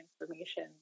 information